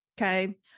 okay